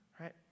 right